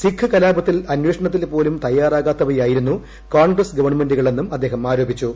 സിഖ് കലാപത്തിൽ അന്വേഷണത്തിന് പോലും തയ്യാറാകാത്തവയായിരുന്നു കോൺഗ്രസ്സ് ഗവൺമെന്റുകളെന്നും അദ്ദേഹം ആരോപിച്ചു